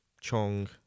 Chong